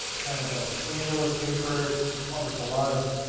kind of a scandalous paper. it published a lot of